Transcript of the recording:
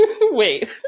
wait